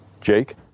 Jake